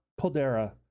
Poldera